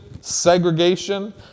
segregation